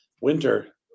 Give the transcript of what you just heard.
winter